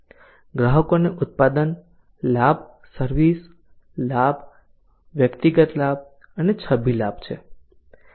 ગ્રાહકો ને ઉત્પાદન લાભ સર્વિસ લાભ વ્યક્તિગત લાભ અને છબી લાભ છે